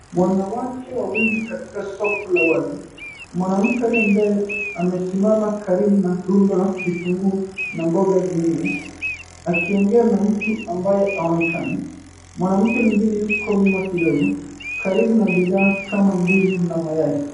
Wanawake wawili katika soko ya wazi mwanmkw aliyembele amesimama karibu na rundo la vitunguu na mboga zingine akiongea na mtu ambaye haonekani mwanamke mwingine yuko nyuma kidogo karibu na bidhaa kama ndizi na mayai.